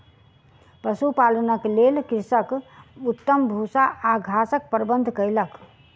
पशुपालनक लेल कृषक उत्तम भूस्सा आ घासक प्रबंध कयलक